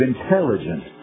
intelligent